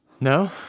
No